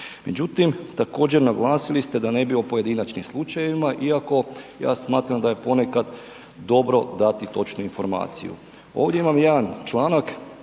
Međutim također naglasili ste da ne bi o pojedinačnim slučajevima iako ja smatram da je ponekad dobro dati točnu informaciju. Ovdje imam jedan članak